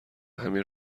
همین